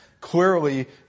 Clearly